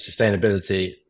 Sustainability